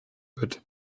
wird